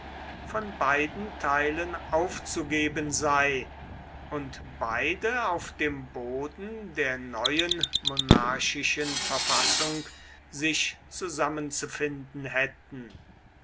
von beiden teilen aufzugeben sei und beide auf dem boden der neuen monarchischen verfassung sich zusammenzufinden hätten